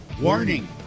warning